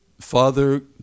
Father